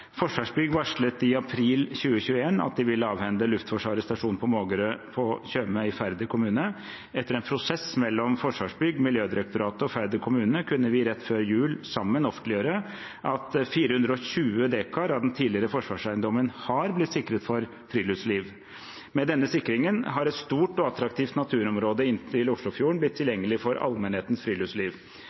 Forsvarsbygg varslet i april 2021 at de ville avhende Luftforsvarets stasjon på Mågerø på Tjøme i Færder kommune. Etter en prosess mellom Forsvarsbygg, Miljødirektoratet og Færder kommune kunne vi rett før jul sammen offentliggjøre at 420 dekar av den tidligere forsvarseiendommen har blitt sikret for friluftsliv. Med denne sikringen har et stort og attraktivt naturområde inntil Oslofjorden blitt tilgjengelig for allmennhetens friluftsliv.